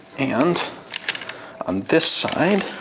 and on this side